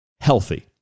Healthy